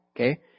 okay